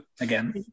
again